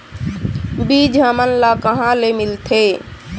बीज हमन ला कहां ले मिलथे?